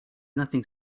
nothing